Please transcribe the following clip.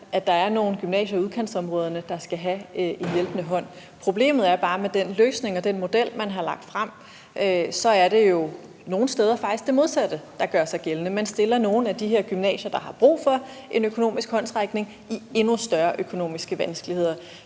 at der er nogle gymnasier i udkantsområderne, der skal have en hjælpende hånd. Problemet er bare, at med den model og løsning, man har lagt frem, er det jo nogle steder faktisk det modsatte, der gør sig gældende: Man stiller nogle af de her gymnasier, der har brug for en økonomisk håndsrækning, i endnu større økonomiske vanskeligheder.